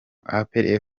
apr